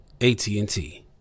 AT&T